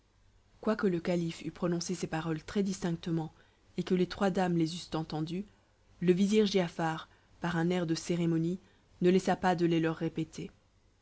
quoique le calife eût prononcé ces paroles très distinctement et que les trois dames les eussent entendues le vizir giafar par un air de cérémonie ne laissa pas de les leur répéter